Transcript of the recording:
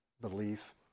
belief